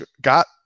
got